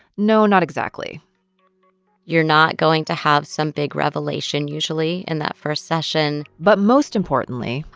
no, not exactly you're not going to have some big revelation usually in that first session but most importantly.